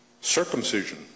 Circumcision